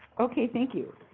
okay, thank you.